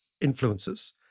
influences